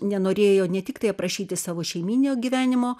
nenorėjo ne tiktai aprašyti savo šeimyninio gyvenimo